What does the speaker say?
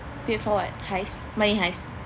feedforward heist money heist